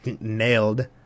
nailed